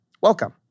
welcome